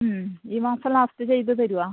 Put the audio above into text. ഈ മാസം ലാസ്റ്റ് ചെയ്ത് തരുമോ